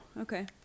okay